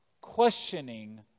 Questioning